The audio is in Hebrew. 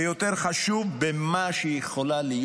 ויותר חשוב, במה שהיא יכולה להיות.